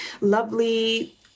lovely